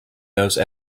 those